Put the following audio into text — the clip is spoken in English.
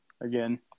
again